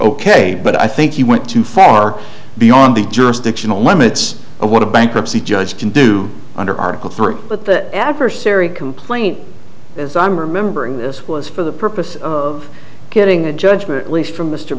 ok but i think he went too far beyond the jurisdictional limits of what a bankruptcy judge can do under article three but the adversary complaint as i'm remembering this was for the purpose of getting a judgment at least from m